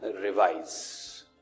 revise